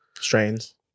strains